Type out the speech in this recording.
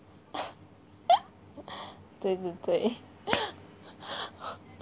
对对对